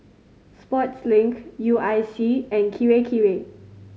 Sportslink U I C and Kirei Kirei